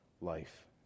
life